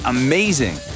amazing